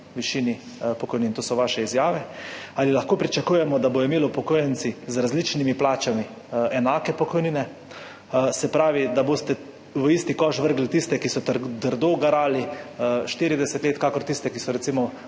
višini pokojnin, to so vaše izjave. Ali lahko pričakujemo, da bodo imeli upokojenci z različnimi plačami enake pokojnine? Se pravi, da boste v isti koš vrgli tiste, ki so trdo garali 40 let, kakor tiste, ki so recimo